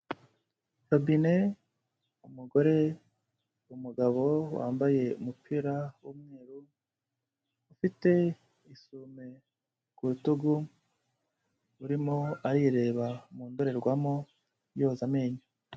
Robine umugore n'umugabo wambaye umupira w'umweru, ufite isume ku rutugu, urimo arireba mu ndorerwamo yoza amenyo.